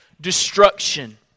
destruction